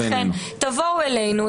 לכן, בואו אלינו.